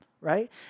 right